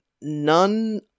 none